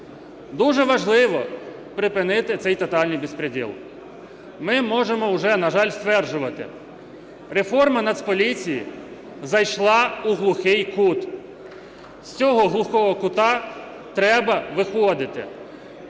Дуже важливо припинити цей тотальний беспредел. Ми можемо уже, на жаль, стверджувати: реформа Нацполіції зайшла у глухий кут, з цього глухого кута треба виходити.